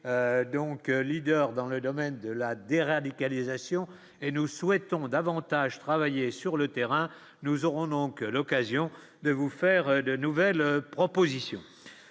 donc leader dans le domaine de la. Des radicalisation et nous souhaitons davantage travailler sur le terrain, nous aurons donc l'occasion de vous faire de nouvelles propositions,